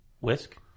Whisk